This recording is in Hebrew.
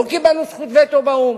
לא קיבלנו זכות וטו באו"ם.